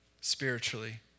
spiritually